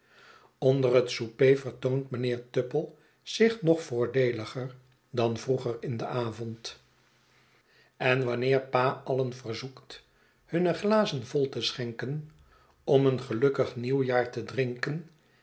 onder het souper vertoont mijnheer tupple zich nog voordeeuger dan vroeger in den avond schetsen van boz en wanneer pa alien verzoekt hunne glazen vol te schenken om een gelukkig nieuwjaar te drinken